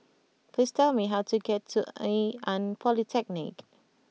please tell me how to get to Ngee Ann Polytechnic